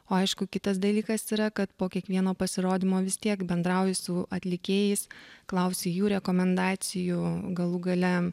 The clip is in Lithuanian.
o aišku kitas dalykas yra kad po kiekvieno pasirodymo vis tiek bendrauji su atlikėjais klausi jų rekomendacijų galų gale